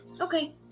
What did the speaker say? Okay